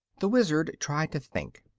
the wizard tried to think.